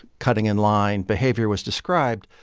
cutting-in-line behavior was described,